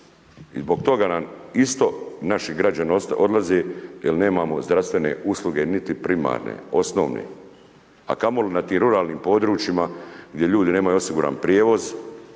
I zbog toga nam isto naši građani odlaze jer nemamo zdravstvene usluge niti primarne, osnovne a kamoli na tim ruralnim područjima gdje ljudi nemaju osiguran prijevoz